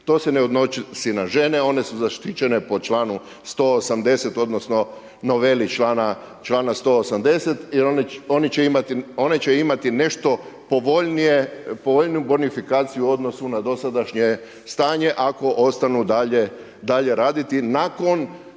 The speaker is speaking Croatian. To se ne odnosi na žene, one su zaštićene po članu 180., odnosno noveli člana 180., jer one će imati nešto povoljnije, povoljniju bonifikaciju u odnosu na dosadašnje stanje ako ostanu dalje raditi